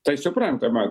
tai suprantama